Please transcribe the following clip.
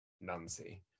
Nancy